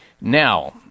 now